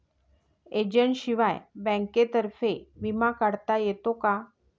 एजंटशिवाय बँकेतर्फे विमा काढता येतो का?